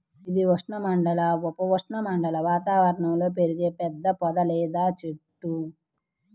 ఇది ఉష్ణమండల, ఉప ఉష్ణమండల వాతావరణంలో పెరిగే పెద్ద పొద లేదా చెట్టు